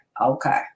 okay